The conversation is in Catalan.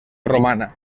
romana